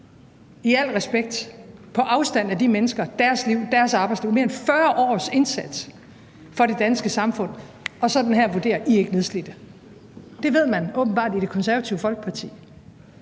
al respekt – på afstand af de mennesker, deres liv, deres arbejdsliv, med mere end 40 års indsats for det danske samfund, og sådan her vurdere: I er ikke nedslidte. Det ved man åbenbart i Det Konservative Folkeparti.